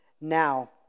now